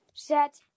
Set